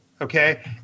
okay